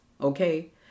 Okay